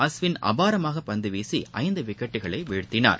அஸ்விள் அபாரமாக பந்து வீசி ஐந்து விக்கெட்டுக்களை வீழ்த்தினார்